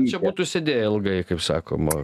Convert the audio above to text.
čia būtų sėdėję ilgai kaip sakoma